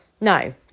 No